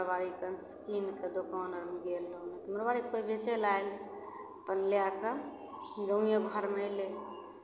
मारवाड़ी कनसँ कीनि कऽ दोकानमे गेलहुँ मारवाड़ीके कोइ बेचय लेल आयल अपन लए कऽ गाँवए घरमे अयलै